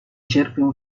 cierpię